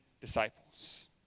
disciples